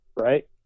Right